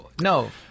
No